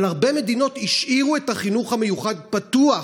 אבל הרבה מדינות השאירו את החינוך המיוחד פתוח,